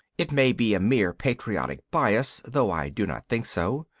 it may be a mere patriotic bias, though i do not think so,